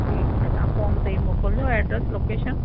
ठीकु आहे तव्हां फ़ोन ते ई मोकिलिजो एड्रेस लोकेशन